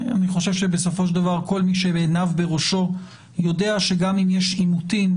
אני חושב שבסופו של דבר כל מי שעיניו בראשו יודע שגם אם יש עימותים,